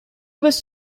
was